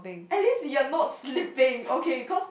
at least you are not sleeping okay cause